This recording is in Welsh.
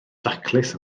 daclus